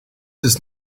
does